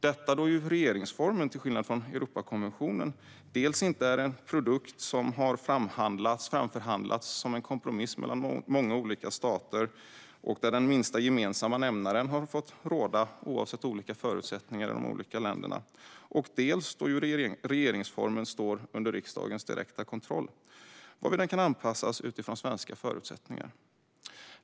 Detta då regeringsformen till skillnad från Europakonventionen dels inte är en produkt som förhandlats fram som en kompromiss mellan många olika stater, där minsta gemensamma nämnare har fått råda oavsett staternas olika förutsättningar, och dels står under riksdagens direkta kontroll och därmed kan anpassas utifrån svenska förutsättningar.